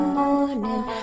morning